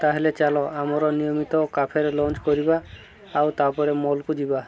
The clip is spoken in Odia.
ତା'ହେଲେ ଚାଲ ଆମର ନିୟମିତ କାଫେରେ ଲଞ୍ଚ୍ କରିବା ଆଉ ତା'ପରେ ମଲ୍କୁ ଯିବା